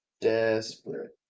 desperate